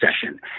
Session